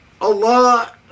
Allah